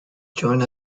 joined